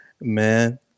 man